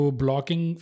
blocking